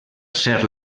ser